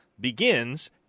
begins